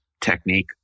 technique